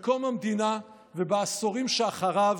בקום המדינה ובעשורים שאחרי כן,